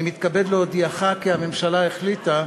אני מתכבד להודיעכם, כי הממשלה החליטה,